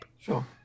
Sure